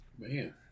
Man